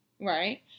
right